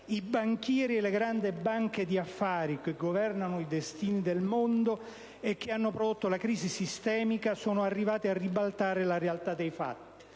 i banchieri e le grandi banche di affari, che governano i destini del mondo e che hanno prodotto la crisi sistemica, sono arrivati a ribaltare la realtà dei fatti